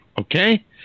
okay